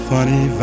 Funny